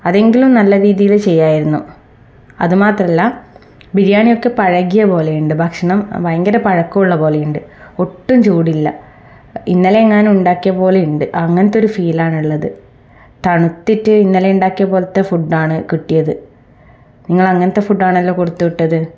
അതെങ്കിലും നല്ല രീതിയിൽ ചെയ്യാമായിരുന്നു അത് മാത്രമല്ല ബിരിയാണിയൊക്കെ പഴകിയ പോലെ ഉണ്ട് ഭക്ഷണം ഭയങ്കര പഴക്കുള്ള പോലെ ഉണ്ട് ഒട്ടും ചൂടില്ല ഇന്നലെയെങ്ങാനും ഉണ്ടാക്കിയ പോലെ ഉണ്ട് അങ്ങനത്തെ ഒരു ഫീലാണുള്ളത് തണുത്തിട്ട് ഇന്നലെ ഉണ്ടാക്കിയ പോലത്തെ ഫുഡ്ഡാണ് കിട്ടിയത് നിങ്ങളങ്ങനത്തെ ഫുഡ്ഡാണല്ലോ കൊടുത്തു വിട്ടത്